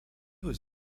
was